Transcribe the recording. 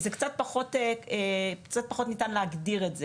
זה קצת פחות ניתן להגדרה.